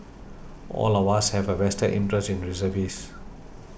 all of us have a vested interest in reservist